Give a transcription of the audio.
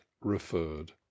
referred